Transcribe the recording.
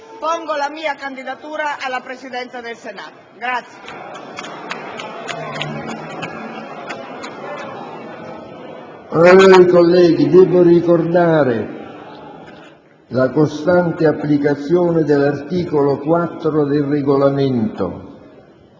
pongo la mia candidatura alla Presidenza del Senato.